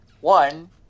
One